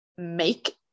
make